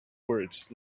words